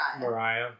Mariah